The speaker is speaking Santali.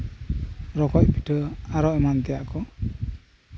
ᱨᱚᱠᱚᱪ ᱯᱤᱷᱟᱹ ᱟᱨᱦᱚᱸ ᱮᱢᱟᱱ ᱛᱮᱭᱟᱜ